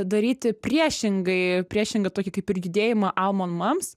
daryti priešingai priešingą tokį kaip ir judėjimą almon mams